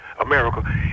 America